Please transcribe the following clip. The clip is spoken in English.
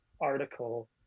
article